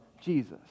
Jesus